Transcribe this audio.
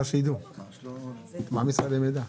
בגלל התכונות שלו, כמו צמיגות למשל.